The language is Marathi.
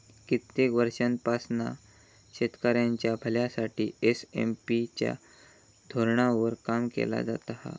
कित्येक वर्षांपासना शेतकऱ्यांच्या भल्यासाठी एस.एम.पी च्या धोरणावर काम केला जाता हा